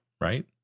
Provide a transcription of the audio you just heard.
right